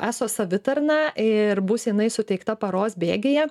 eso savitarną ir bus jinai suteikta paros bėgyje